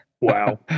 wow